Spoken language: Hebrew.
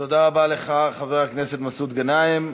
תודה רבה לך, חבר הכנסת מסעוד גנאים.